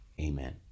amen